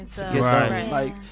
Right